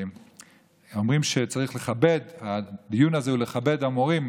הדיון הזה הוא לכבד את המורים.